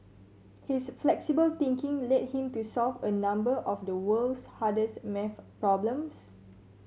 his flexible thinking led him to solve a number of the world's hardest maths problems